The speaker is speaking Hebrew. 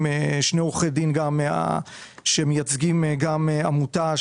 שמייצגים עמותה